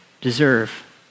deserve